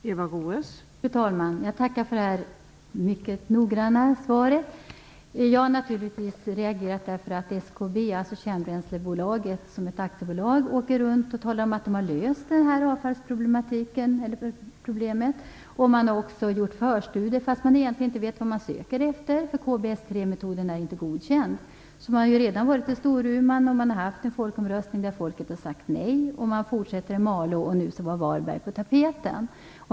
Fru talman! Jag tackar för det mycket noggranna svaret. Jag har naturligtvis reagerat därför att man från åker runt och talar om att man har löst avfallsproblemet. Man har också gjort förstudier fast man egentligen inte vet vad man söker efter, eftersom KBS-3 metoden inte är godkänd. Man har redan varit uppe i Storuman, där det har det hållits en folkomröstning, men folket har sagt nej. Man har fortsatt med Malå, och nu senast var Varberg på tapeten.